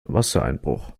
wassereinbruch